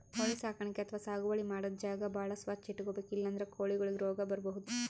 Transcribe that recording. ಕೋಳಿ ಸಾಕಾಣಿಕೆ ಅಥವಾ ಸಾಗುವಳಿ ಮಾಡದ್ದ್ ಜಾಗ ಭಾಳ್ ಸ್ವಚ್ಚ್ ಇಟ್ಕೊಬೇಕ್ ಇಲ್ಲಂದ್ರ ಕೋಳಿಗೊಳಿಗ್ ರೋಗ್ ಬರ್ಬಹುದ್